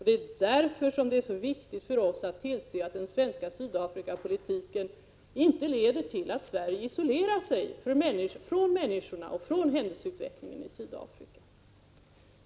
Det är därför som det är så viktigt att tillse att den svenska Sydafrikapolitiken inte leder till att Sverige isolerar sig från människorna och från händelseutvecklingen i Sydafrika.